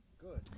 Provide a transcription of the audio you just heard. Good